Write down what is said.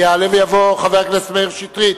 יעלה ויבוא חבר הכנסת מאיר שטרית,